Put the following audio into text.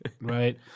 right